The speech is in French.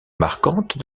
marquante